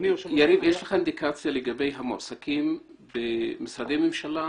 יש לך אינדיקציה לגבי המועסקים במשרדי ממשלה?